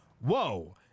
Whoa